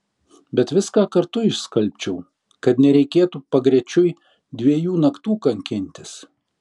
bet viską kartu išskalbčiau kad nereikėtų pagrečiui dviejų naktų kankintis